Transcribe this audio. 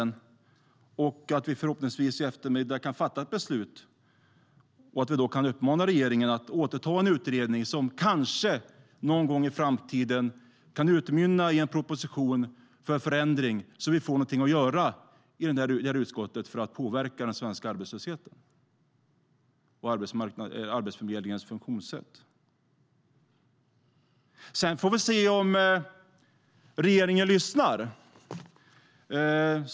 I eftermiddag kan vi förhoppningsvis fatta ett beslut och uppmana regeringen att återuppta en utredning som kanske någon gång i framtiden kan utmynna i en proposition för förändring så att vi får något att göra i utskottet för att påverka den svenska arbetslösheten och Arbetsförmedlingens funktionssätt. Sedan får vi se om regeringen lyssnar.